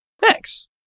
Thanks